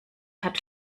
hat